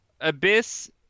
Abyss